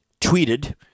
tweeted